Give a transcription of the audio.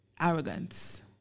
arrogance